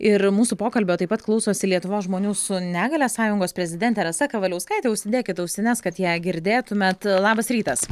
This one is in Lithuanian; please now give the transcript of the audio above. ir mūsų pokalbio taip pat klausosi lietuvos žmonių su negalia sąjungos prezidentė rasa kavaliauskaitė užsidėkit ausines kad ją girdėtumėt labas rytas